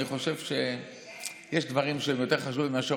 אני חושב שיש דברים שהם יותר חשובים מאשר